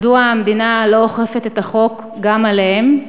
מדוע המדינה לא אוכפת את החוק גם עליהם?